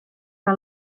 que